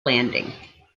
landing